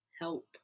help